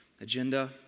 agenda